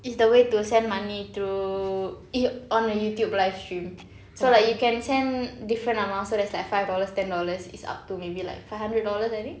is the way to send money through if on a youtube live stream so like you can send different amounts so there's like five dollars ten dollars it's up to maybe like five hundred dollars I think